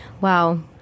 Wow